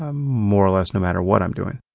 ah more or less no matter what i'm doing.